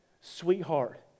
sweetheart